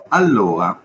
allora